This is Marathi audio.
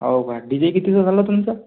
हाव का डीजे कितीचा झाला तुमचा